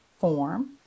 form